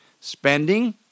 spending